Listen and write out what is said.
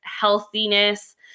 healthiness